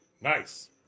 Nice